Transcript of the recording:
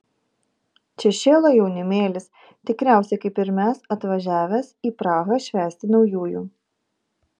čia šėlo jaunimėlis tikriausiai kaip ir mes atvažiavęs į prahą švęsti naujųjų